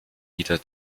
wieder